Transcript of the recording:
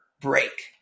break